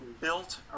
built